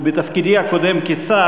ובתפקידי הקודם כשר,